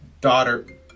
daughter